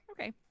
Okay